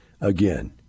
Again